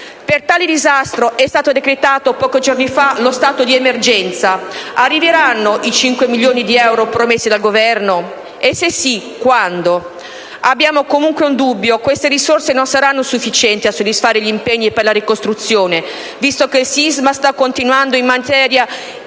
Per tale disastro è stato decretato pochi giorni fa lo stato di emergenza: arriveranno i 5 milioni di euro promessi dal Governo? E, se sì, quando? Abbiamo comunque un dubbio: queste risorse non saranno sufficienti a soddisfare gli impegni per la ricostruzione, visto che il sisma sta continuando in maniera incisiva e